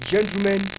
Gentlemen